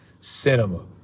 Cinema